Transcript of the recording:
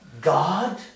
God